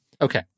Okay